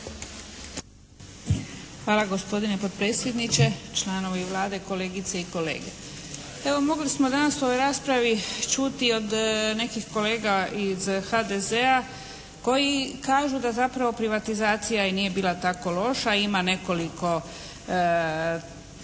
Hvala gospodine potpredsjedniče, članovi Vlade, kolegice i kolege. Evo mogli smo danas u ovoj raspravi čuti od nekih kolega iz HDZ-a koji kažu da zapravo privatizacija i nije bila tako loša. Ima nekoliko